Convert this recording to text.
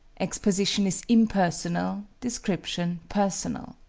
exposition is impersonal, description personal.